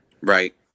Right